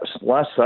last